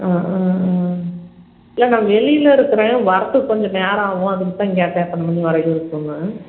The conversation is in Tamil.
ஆ ஆ ஆ இல்லை நான் வெளியில் இருக்கிறேன் வர்றத்துக்கு கொஞ்சம் நேரம் ஆகும் அதுக்குத்தான் கேட்டேன் எத்தனை மணி வரையும் இருக்குன்னு